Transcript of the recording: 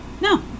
No